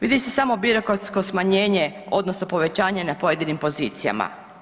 Vidi se samo birokratsko smanjenje odnosno povećanje na pojedinim pozicijama.